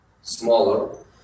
smaller